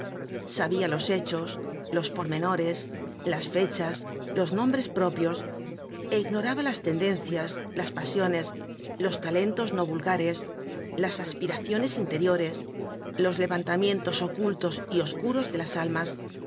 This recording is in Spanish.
sabia los hechos los pormenores las fechas los nombres propios é ignoraba las tendencias las pasiones los talentos no vulgares las aspiraciones interiores los levantamientos ocultos y oscuros de las almas